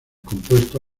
compuesto